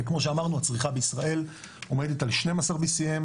וכמו שאמרנו הצריכה בישראל עומדת על 12 BCM,